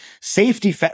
safety